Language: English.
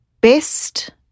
best